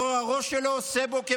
שהראש שלו עושה בו כבשלו?